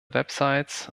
websites